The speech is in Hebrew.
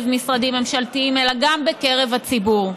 משרדים ממשלתיים אלא גם בקרב הציבור,